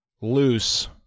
loose